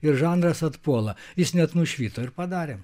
ir žanras atpuola jis net nušvito ir padarėm